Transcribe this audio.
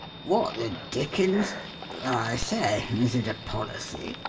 what dickens i say, is it a policy?